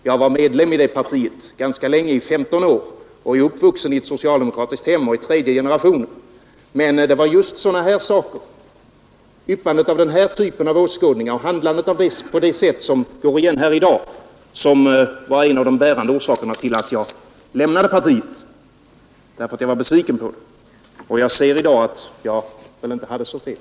Jag var medlem i partiet under 15 år. Jag är uppvuxen i ett socialdemkratiskt hem i tredje generationen. Men det var just yppandet av den här typen av åskådningar och ett handlande på det sätt som går igen här i dag som var en av de bärande orsakerna till att jag i besvikelse lämnade partiet. I dag ser jag att jag inte hade så fel.